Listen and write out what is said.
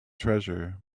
treasure